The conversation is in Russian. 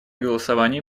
голосовании